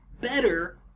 better